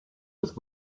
with